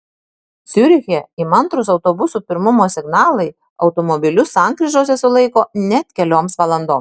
ciuriche įmantrūs autobusų pirmumo signalai automobilius sankryžose sulaiko net kelioms valandoms